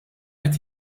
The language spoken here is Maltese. qed